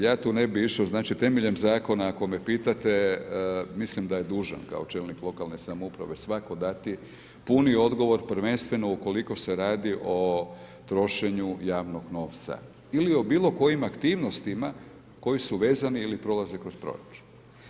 Ja tu ne bih išao, znači temeljem zakona ako me pitate, mislim da je dužan kao čelnik lokalne samouprave svatko dati puni odgovor prvenstveno ukoliko se radi o trošenju javnog novca ili o bilo kojim aktivnostima koji su vezani ili prolaze kroz proračun.